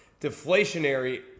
deflationary